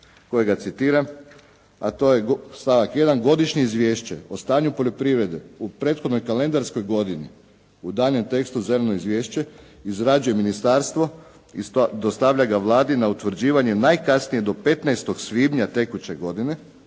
kojega citiram, a to je stavak 1.: „Godišnje izvješće o stanju poljoprivrede u prethodnoj kalendarskoj godini, u daljnjem tekstu: zeleno izvješće, izrađuje ministarstvo i dostavlja ga Vladi na utvrđivanje najkasnije do 15. svibnja tekuće godine…“…